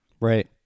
right